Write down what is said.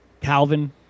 calvin